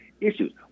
issues